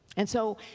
and so,